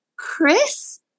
Chris